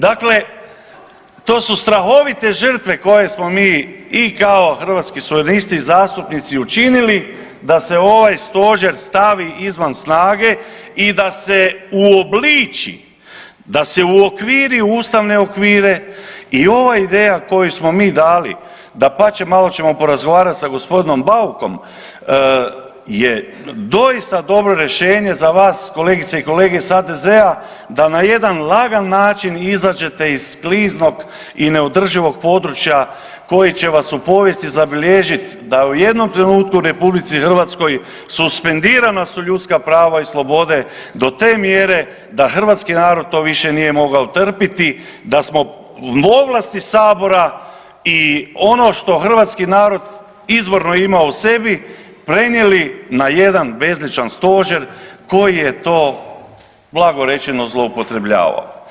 Dakle, to su strahovite žrtve koje smo mi i kao Hrvatski suverenisti i zastupnici učinili, da se ovaj Stožer stavi izvan snage i da se u uobliči, da se uokviri u ustavne okvire i ova ideja koju smo mi dali, dapače, malo ćemo porazgovarati sa g. Baukom, je doista dobro rješenje za vas, kolegice i kolege iz HDZ-a, da na jedan lagan način izađete iz kliznog i neodrživog područja koji će vas u povijesti zabilježiti da u jednom trenutku u RH suspendirana su ljudska prava i slobode do te mjere da hrvatski narod to više nije mogao trpiti, da smo ovlasti Sabora i ono što hrvatski narod izvorno ima u sebi prenijeli na jedan bezličan Stožer koji je to, blago rečeno, zloupotrebljavao.